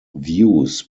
views